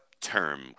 term